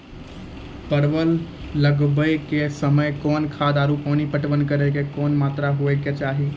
परवल लगाबै के समय कौन खाद आरु पानी पटवन करै के कि मात्रा होय केचाही?